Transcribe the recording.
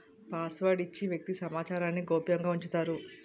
password ఇచ్చి వ్యక్తి సమాచారాన్ని గోప్యంగా ఉంచుతారు